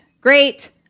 Great